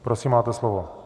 Prosím, máte slovo.